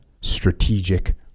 strategic